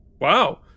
Wow